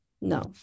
no